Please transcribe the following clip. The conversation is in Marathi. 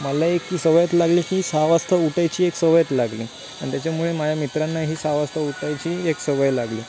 मला एक की सवयच लागली की सहा वाजता उठायची एक सवयच लागली अन् त्याच्यामुळे माझ्या मित्रांना ही सहा वाजता उठायची एक सवय लागली